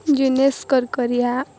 Dinesh Karkaria